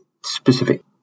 specific